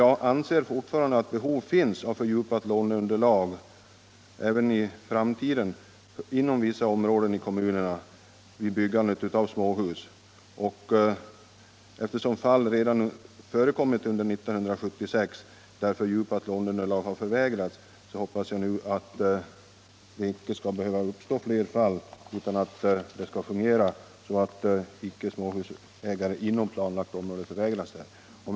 Jag anser att det även i framtiden kommer att finnas behov av fördjupat låneunderlag inom vissa områden i kommunerna vid byggandet av småhus. Eftersom fall redan har förekommit under 1976 där fördjupat låneunderlag har förvägrats hoppas jag att det inte skall behöva uppstå fler sådana fall utan att det hela skall fungera så att småhusbyggare inom planlagt område erhåller fördjupning av låneunderlaget på samma sätt som skedde före den 1 januari 1976.